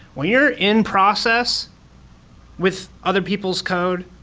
when you're in process with other people's code,